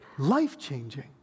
life-changing